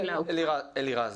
בסדר, אלירז.